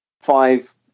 five